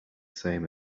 same